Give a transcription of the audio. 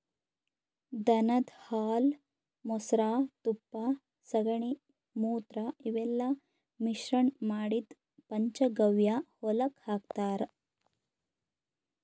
ದನದ್ ಹಾಲ್ ಮೊಸ್ರಾ ತುಪ್ಪ ಸಗಣಿ ಮೂತ್ರ ಇವೆಲ್ಲಾ ಮಿಶ್ರಣ್ ಮಾಡಿದ್ದ್ ಪಂಚಗವ್ಯ ಹೊಲಕ್ಕ್ ಹಾಕ್ತಾರ್